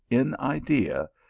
in idea,